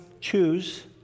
choose